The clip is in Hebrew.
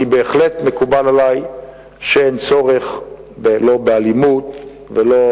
בהחלט מקובל עלי שאין צורך, לא באלימות ולא